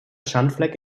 schandfleck